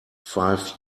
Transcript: five